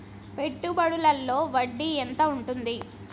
పెట్టుబడుల లో వడ్డీ ఎంత ఉంటది?